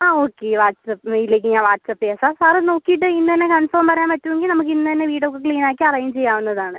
ആ okay WhatsApp മെയിലിലേക്ക് ഞാൻ വാട്ട്സ്ആപ്പ് ചെയ്യാം സാർ സാറ് നോക്കിയിട്ട് ഇന്ന് തന്നെ കൺഫേം പറയാൻ പറ്റുവെങ്കിൽ നമുക്ക് ഇന്ന് തന്നെ വീട് ഒക്കെ ക്ലീൻ ആക്കി അറേഞ്ച് ചെയ്യാവുന്നത് ആണ്